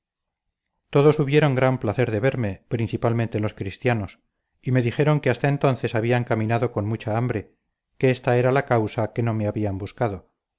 todos hubieron gran placer de verme principalmente los cristianos y me dijeron que hasta entonces habían caminado con mucha hambre que ésta era la causa que no me habían buscado